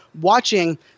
watching